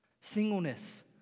singleness